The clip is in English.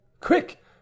Quick